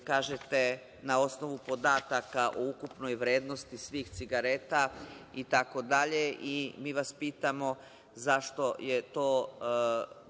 kažete, na osnovu podataka o ukupnoj vrednosti svih cigareta itd. Mi vas pitamo zašto je taj